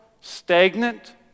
stagnant